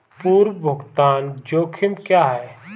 पूर्व भुगतान जोखिम क्या हैं?